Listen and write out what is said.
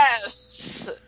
Yes